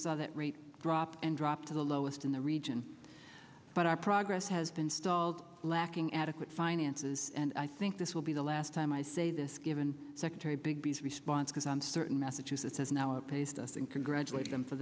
saw that rate drop and dropped to the lowest in the region but our progress has been stalled lacking adequate finances and i think this will be the last time i say this given secretary big b s response because i'm certain massachusetts has now a paced us and congratulate them for